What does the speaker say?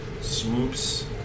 swoops